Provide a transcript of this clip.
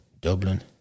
Dublin